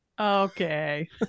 Okay